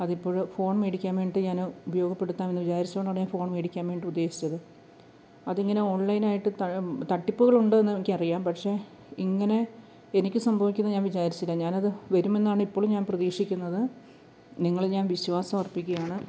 അതിപ്പോള് ഫോൺ വാങ്ങിക്കാൻ വേണ്ടിയിട്ട് ഞാന് ഉപയോഗപ്പെടുത്താമെന്ന് വിചാരിച്ചുകൊണ്ടാണ് ഫോൺ വാങ്ങിക്കാൻ വേണ്ടി ഉദ്ദേശിച്ചത് അതിങ്ങനെ ഓൺലൈനായിട്ട് ത തട്ടിപ്പുകളുണ്ടെന്ന് എനിക്കറിയാം പക്ഷേ ഇങ്ങനെ എനിക്ക് സംഭവിക്കൂമെന്ന് ഞാൻ വിചാരിച്ചില്ല ഞാനത് വരുമെന്നാണ് ഇപ്പോഴും ഞാന് പ്രതീക്ഷിക്കുന്നത് നിങ്ങളിൽ ഞാൻ വിശ്വാസമർപ്പിക്കുകയാണ്